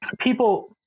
people